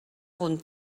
punt